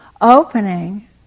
opening